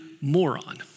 moron